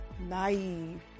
naive